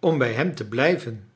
om bij hem te blijven